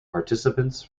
participants